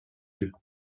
yeux